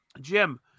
Jim